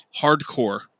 hardcore